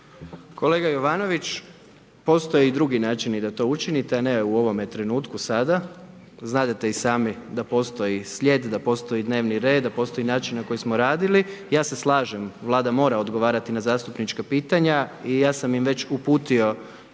Kolega Jovanović, postoje i drugi načini da to učinite, a ne u ovome trenutku sada. Znadete i sami da postoji slijed, da postoji dnevni red, da postoji način na koji smo radili. Ja se slažem, Vlada mora odgovarati na zastupnička pitanja i ja sam im već uputio